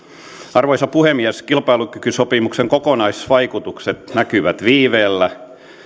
arvoisa puhemies kilpailukykysopimuksen kokonaisvaikutukset näkyvät viiveellä